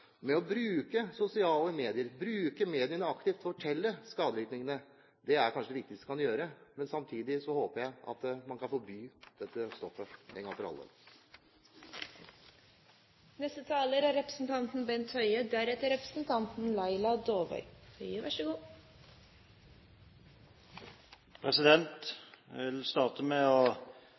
Å bruke de sosiale mediene aktivt for å fortelle om skadevirkningene er kanskje det viktigste man kan gjøre. Samtidig håper jeg man kan forby disse stoffene en gang for alle. Jeg vil starte med å takke representanten